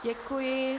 Děkuji.